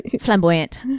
Flamboyant